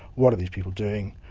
what are these people doing,